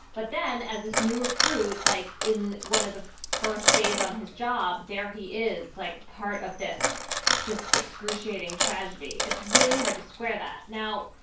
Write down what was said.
but then as this new recruit, like in one of the first days on his job there, he is like part of this just excruciating tragedy it's really hard to square that. now,